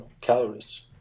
calories